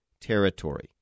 territory